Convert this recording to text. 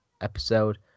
episode